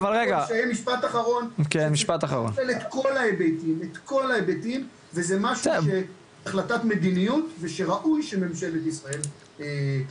את כל ההיבטים וזה משהו שהוא החלטת מדיניות ושראוי שממשלת ישראל תחליט.